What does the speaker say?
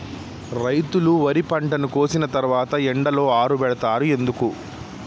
రైతులు వరి పంటను కోసిన తర్వాత ఎండలో ఆరబెడుతరు ఎందుకు?